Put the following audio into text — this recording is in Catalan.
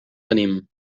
tenim